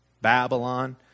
Babylon